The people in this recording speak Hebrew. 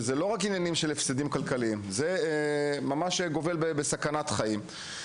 שלא רק גורמים להפסדים כלכליים אלא ממש גובלים בסכנת חיים.